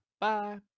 Bye